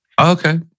Okay